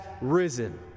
risen